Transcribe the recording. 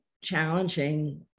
challenging